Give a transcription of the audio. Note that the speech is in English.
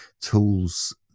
tools